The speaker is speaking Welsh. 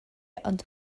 ond